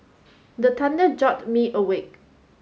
the thunder jolt me awake